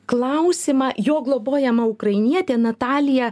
klausimą jo globojama ukrainietė natalija